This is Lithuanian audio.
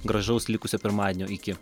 gražaus likusio pirmadienio iki